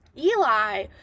Eli